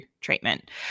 treatment